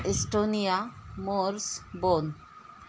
Estonia मोर्स bone